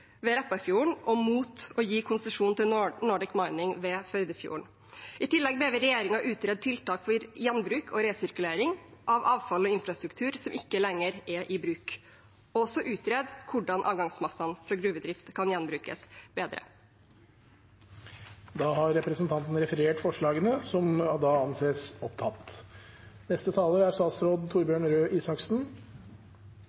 ved Repparfjorden og mot å gi konsesjon til Nordic Mining ved Førdefjorden. I tillegg ber vi regjeringen utrede tiltak for gjenbruk og resirkulering av avfall og infrastruktur som ikke lenger er i bruk, og også om å utrede hvordan avgangsmassene fra gruvedrift kan gjenbrukes bedre. Jeg tar opp Miljøpartiet De Grønnes forslag. Representanten Une Bastholm har tatt opp de forslagene